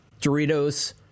Doritos